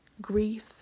grief